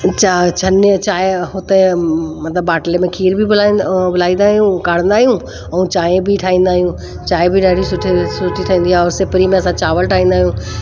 छन्नी चांहि हुते मतिलबु बाटले में खीर बि बुलाईंदा उॿारींदा आहियूं काढंदा आहियूं ऐं चांहि बि ठाहींदा आहियूं चांहि बि ॾाढी सुठी सुठी ठहंदी आहे ऐं सिपरी में असां चांवर ठाहींदा आहियूं